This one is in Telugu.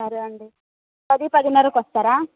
సరే అండి పది పదిన్నర్రకి వస్తారా